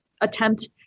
attempt